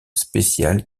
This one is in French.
spécial